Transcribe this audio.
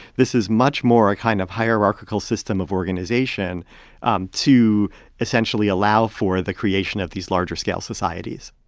this is much more a kind of hierarchical system of organization um to essentially allow for the creation of these larger scale societies